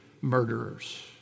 murderers